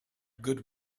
good